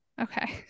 okay